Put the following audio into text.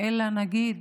אלא להגיד: